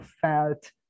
felt